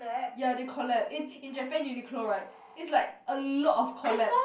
ya they collab in in Japan Uniqlo right is like a lot of collabs